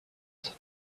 tent